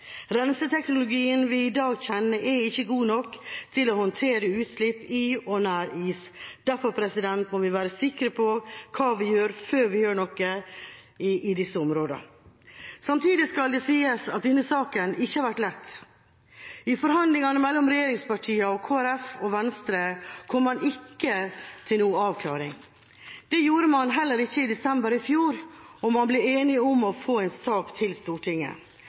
Renseteknologien vi i dag kjenner, er ikke god nok til å håndtere utslipp i og nær is. Derfor må vi være sikre på hva vi gjør, før vi gjør noe i disse områdene. Samtidig skal det sies at denne saken ikke har vært lett. I forhandlingene mellom regjeringspartiene, Kristelig Folkeparti og Venstre kom man ikke til noen avklaring. Det gjorde man heller ikke i desember i fjor, og man ble enige om å få en sak til Stortinget.